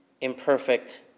imperfect